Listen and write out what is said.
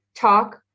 talk